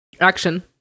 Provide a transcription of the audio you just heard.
action